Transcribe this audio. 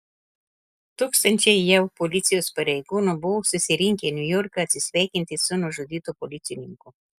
tūkstančiai jav policijos pareigūnų buvo susirinkę niujorke atsisveikinti su nužudytu policininku